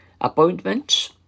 appointments